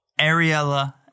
Ariella